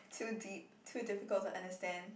too deep too difficult to understand